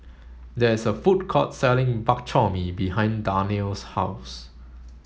there is a food court selling Bak Chor Mee behind Darnell's house